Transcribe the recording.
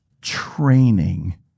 training